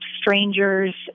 strangers